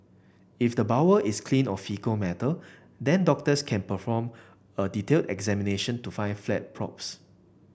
if the bowel is clean of faecal matter then doctors can perform a detailed examination to find a flat polyps